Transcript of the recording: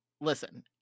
Listen